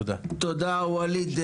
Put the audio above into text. תודה תודה ואליד,